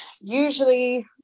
usually